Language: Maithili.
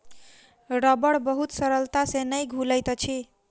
रबड़ बहुत सरलता से नै घुलैत अछि